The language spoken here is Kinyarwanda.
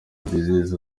aziz